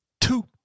Two